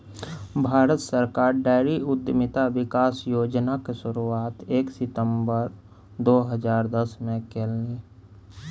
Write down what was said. भारत सरकार डेयरी उद्यमिता विकास योजनाक शुरुआत एक सितंबर दू हजार दसमे केलनि